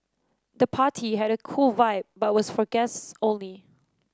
the party had a cool vibe but was for guest only